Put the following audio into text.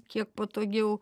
kiek patogiau